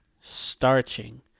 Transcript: starching